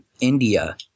India